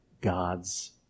God's